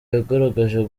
yagaragaje